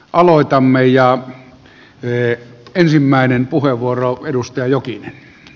aloitamme ja ensimmäinen puheenvuoro edustaja jokinen